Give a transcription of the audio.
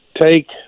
take